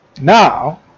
Now